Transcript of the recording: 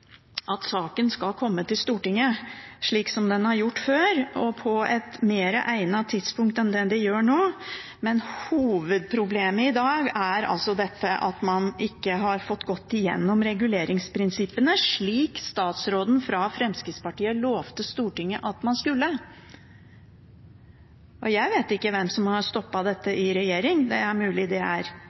at saken skal komme til Stortinget slik som den har gjort før, og på et mer egnet tidspunkt enn det den gjør nå. Men hovedproblemet i dag er at man ikke har fått gått igjennom reguleringsprinsippene slik statsråden fra Fremskrittspartiet lovte Stortinget at man skulle. Jeg vet ikke hvem som har stoppet dette i regjering. Det er mulig det er